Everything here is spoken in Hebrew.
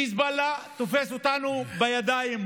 חיזבאללה תופס אותנו בידיים,